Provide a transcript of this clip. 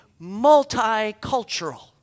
multicultural